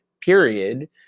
period